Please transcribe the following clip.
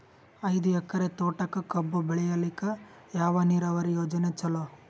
ಐದು ಎಕರೆ ತೋಟಕ ಕಬ್ಬು ಬೆಳೆಯಲಿಕ ಯಾವ ನೀರಾವರಿ ಯೋಜನೆ ಚಲೋ?